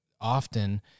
often